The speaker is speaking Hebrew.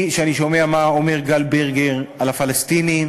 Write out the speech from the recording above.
שאני שומע מה אומר גל ברגר על הפלסטינים,